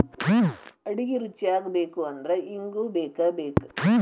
ಅಡಿಗಿ ರುಚಿಯಾಗಬೇಕು ಅಂದ್ರ ಇಂಗು ಬೇಕಬೇಕ